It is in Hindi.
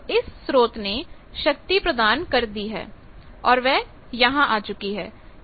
तो इस स्रोत ने शक्ति प्रदान कर दी है और वह यहां आ चुकी है